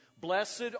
Blessed